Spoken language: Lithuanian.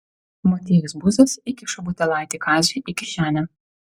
motiejus buzas įkišo butelaitį kaziui į kišenę